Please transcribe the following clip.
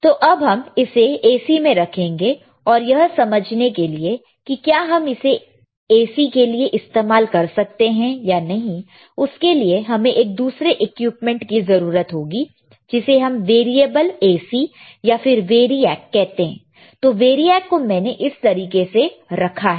तो अब हम इसे AC में रखेंगे और यह समझने के लिए कि क्या हम इसे AC के लिए इस्तेमाल कर सकते हैं या नहीं उसके लिए हमें एक दूसरे इक्विपमेंट की जरूरत होगी जिसे हम वेरिएबल AC या फिर वेरिएक कहते हैं तो वेरिएक को मैंने इस तरीके से रखा है